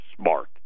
smart